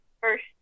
first